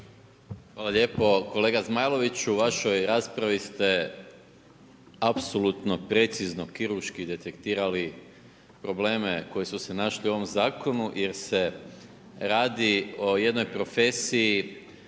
Hvala lijepo Zmajloviću, u vašoj raspravi ste apsolutno precizno kirurški detektirali probleme koji su se našli u ovom zakonu, jer se radi o jednoj profesiji